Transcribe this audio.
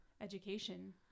education